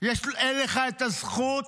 אין לך את הזכות